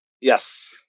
Yes